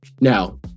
Now